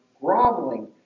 groveling